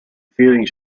feelings